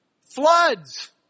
Floods